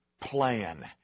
plan